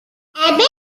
abbey